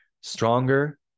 stronger